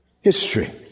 history